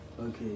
Okay